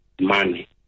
money